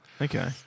Okay